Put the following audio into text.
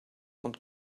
und